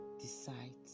decides